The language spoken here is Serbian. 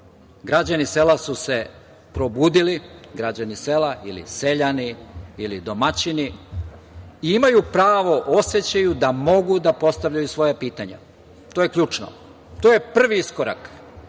Građani sela su se probudili, građani sela ili seljani ili domaćini imaju pravo, osećaju da mogu da postavljaju svoja pitanja. To je ključno. To je prvi iskorak.